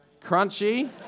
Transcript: Crunchy